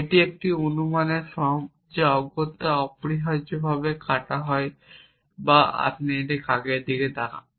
এটি একটি অনুমানের ফর্ম যা অগত্যা অপরিহার্যভাবে কাটা হয় না বা আপনি একটি কাকের দিকে তাকান